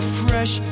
fresh